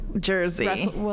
jersey